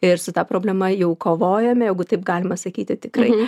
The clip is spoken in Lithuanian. ir su ta problema jau kovojam jeigu taip galima sakyti tikrai